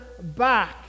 back